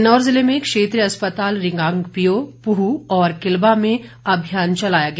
किन्नौर जिले में क्षेत्रीय अस्पताल रिकांगपिओ पूह और किल्बा में अभियान चलाया गया